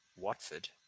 Watford